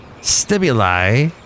stimuli